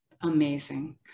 amazing